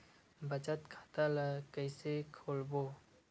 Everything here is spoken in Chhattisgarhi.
बचत खता ल कइसे खोलबों?